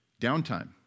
downtime